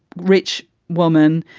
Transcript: rich woman,